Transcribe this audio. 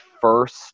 first